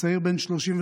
צעיר בן 32,